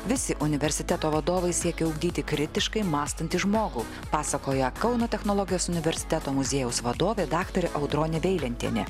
visi universiteto vadovai siekė ugdyti kritiškai mąstantį žmogų pasakoja kauno technologijos universiteto muziejaus vadovė daktarė audronė veilentienė